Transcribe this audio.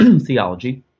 theology